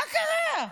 מה קרה?